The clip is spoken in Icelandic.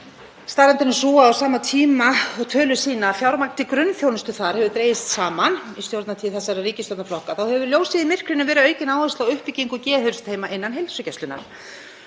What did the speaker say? Staðreyndin er sú að á sama tíma og tölur sýna að fjármagn til grunnþjónustu þar hefur dregist saman í stjórnartíð þessara ríkisstjórnarflokka hefur ljósið í myrkrinu verið aukin áhersla á uppbyggingu geðheilsuteyma innan heilsugæslunnar.